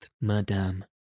madame